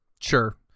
Sure